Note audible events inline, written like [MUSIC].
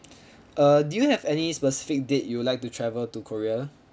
[BREATH] uh do you have any specific date you would like to travel to korea